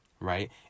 right